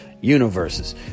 universes